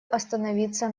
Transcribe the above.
остановиться